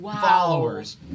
followers